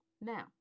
Now